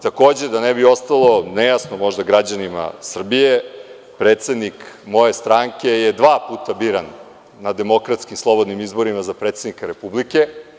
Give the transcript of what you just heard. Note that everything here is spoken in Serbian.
Takođe, da ne bi ostalo možda nejasno građanima Srbije, predsednik moje stranke je dva puta biran na demokratskim slobodnim izborima za predsednika Republike.